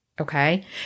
okay